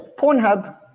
Pornhub